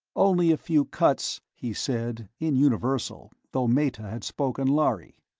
only a few cuts, he said, in universal, though meta had spoken lhari.